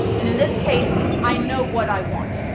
and in this case, i know what i want.